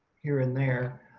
here and there.